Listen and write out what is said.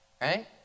Right